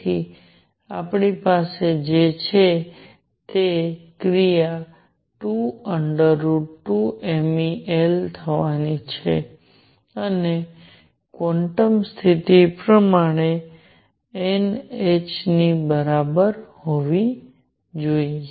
તેથી આપણી પાસે જે છે તે ક્રિયા 22mE L થવાની છે અને ક્વોન્ટમ સ્થિતિ પ્રમાણે n h ની બરાબર હોવી જોઈએ